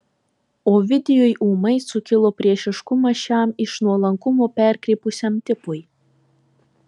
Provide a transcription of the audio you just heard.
ovidijui ūmai sukilo priešiškumas šiam iš nuolankumo perkrypusiam tipui